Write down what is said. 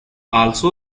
also